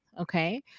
okay